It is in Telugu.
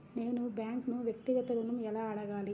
నేను బ్యాంక్ను వ్యక్తిగత ఋణం ఎలా అడగాలి?